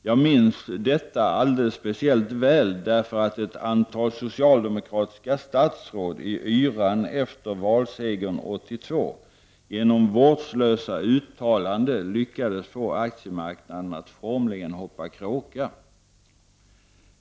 Jag minns detta alldeles speciellt väl, därför att ett antal socialdemokratiska statsråd i yran efter valsegern 1982 genom vårdslösa uttalanden lyckades få aktiemarknaden att formligen hoppa kråka.